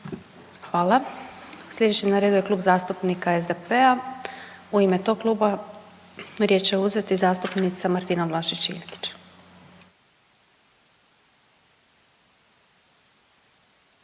Hvala. Slijedeći na redu je Klub zastupnika SDP-a. U ime tog kluba riječ će uzeti zastupnica Martina Vlašić Iljkić.